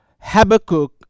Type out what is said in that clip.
Habakkuk